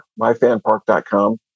MyFanPark.com